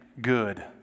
good